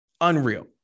unreal